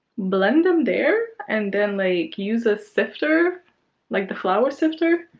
blend them there and then like use a sifter like the flour sifter?